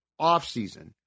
offseason